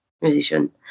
musician